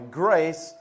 grace